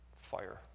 Fire